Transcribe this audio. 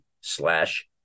slash